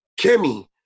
Kimmy